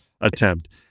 attempt